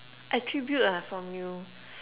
attribute ah from you